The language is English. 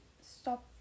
stop